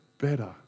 better